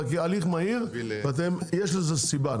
הליך מהיר ויש לזה סיבה,